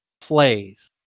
plays